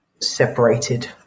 separated